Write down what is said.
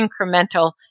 incremental